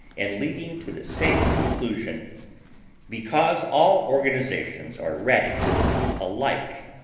and leading to the same conclusion because all organizations are radically alike.